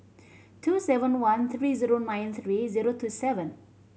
two seven one three zero nine three zero two seven